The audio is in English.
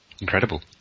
Incredible